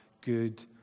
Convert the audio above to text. good